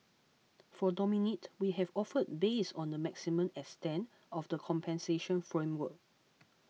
for Dominique we have offered based on the maximum extent of the compensation framework